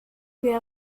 wir